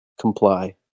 comply